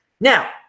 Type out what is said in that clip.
now